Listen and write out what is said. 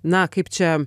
na kaip čia